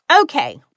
Okay